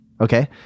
okay